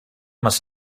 must